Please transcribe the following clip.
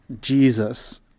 Jesus